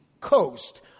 coast